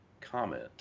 comment